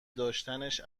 داشتنش